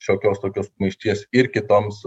šiokios tokios sumaišties ir kitoms